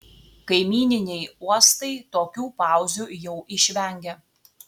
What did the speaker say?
kaimyniniai uostai tokių pauzių jau išvengia